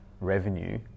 revenue